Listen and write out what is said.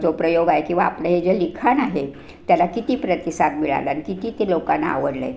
जो प्रयोग आहे किंवा आपलं हे जे लिखाण आहे त्याला किती प्रतिसाद मिळाला आणि किती ते लोकांना आवडलं आहे